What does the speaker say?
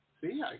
See